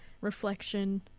reflection